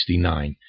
1969